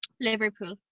Liverpool